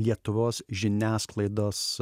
lietuvos žiniasklaidos